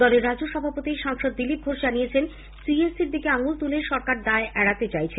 দলের রাজ্য সভাপতি ও সাংসদ দিলীপ ঘোষ জানিয়েছেন সিএসসির দিকে আঙ্গুল তুলে সরকার দায় এড়াতে চাইছে